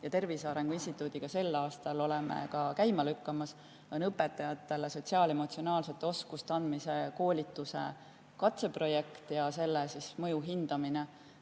ja Tervise Arengu Instituudiga sel aastal käima lükkame, on õpetajatele sotsiaal-emotsionaalsete oskuste andmise koolituse katseprojekt ja selle mõju hindamine,